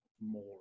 more